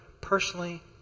personally